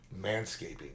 Manscaping